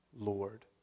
Lord